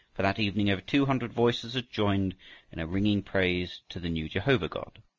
for that evening over two hundred voices had joined in a ringing praise to the new jehovah-god.